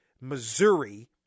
Missouri